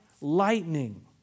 lightning